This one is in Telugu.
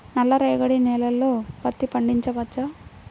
నల్ల రేగడి నేలలో పత్తి పండించవచ్చా?